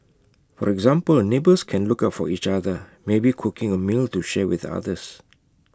for example neighbours can look out for each other maybe cooking A meal to share with others